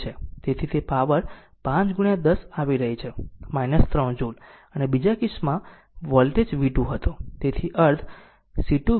તેથી તે પાવર પર 5 10 આવી રહી છે 3 જૂલ અને બીજા કેસ વોલ્ટેજ v 2 હતો